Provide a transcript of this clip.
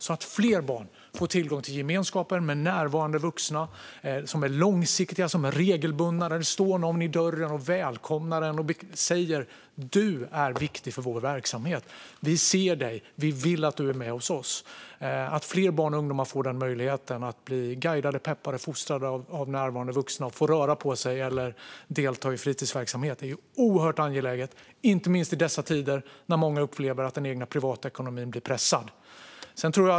Då kan fler barn få tillgång till långsiktiga och regelbundna gemenskaper med närvarande vuxna, där det står någon i dörren och välkomnar en och säger: Du är viktig för vår verksamhet. Vi ser dig. Vi vill att du är med här hos oss. Att ge fler barn och ungdomar möjligheten att bli guidade, peppade och fostrade av närvarande vuxna och få röra på sig eller delta i annan fritidsverksamhet är oerhört angeläget, inte minst i dessa tider när många upplever att den egna privatekonomin är pressad.